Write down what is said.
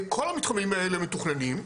כל המתחמים האלה מתוכננים,